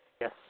Yes